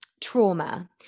trauma